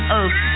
earth